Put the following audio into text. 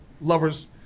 lover's